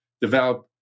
develop